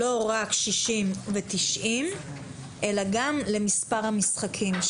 לא רק 60 ו-90 אלא שיהיה ביכולתם גם לעניין מספר המשחקים.